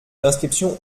l’inscription